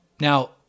Now